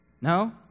No